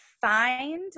find